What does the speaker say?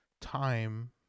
time